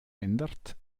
ändert